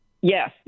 Yes